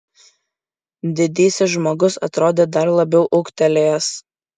didysis žmogus atrodė dar labiau ūgtelėjęs